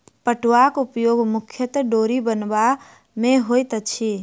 पटुआक उपयोग मुख्यतः डोरी बनयबा मे होइत अछि